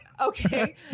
Okay